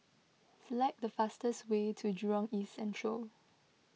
select the fastest way to Jurong East Central